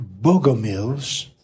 Bogomils